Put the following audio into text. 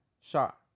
Shot